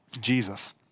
Jesus